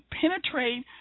penetrate